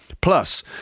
Plus